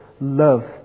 love